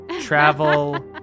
travel